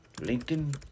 Lincoln